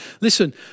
listen